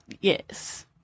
Yes